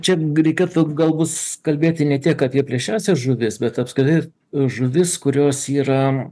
čia reikėtų galbūt kalbėti ne tik apie plėšriąsias žuvis bet apskritai žuvis kurios yra